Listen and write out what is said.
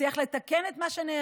נצליח לתקן את מה שנהרס.